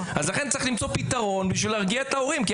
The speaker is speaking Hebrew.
לכן צריך למצוא פתרון כדי להרגיע את ההורים כי